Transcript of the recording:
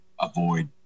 avoid